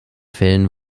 fällen